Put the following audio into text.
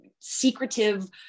secretive